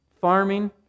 farming